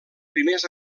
primers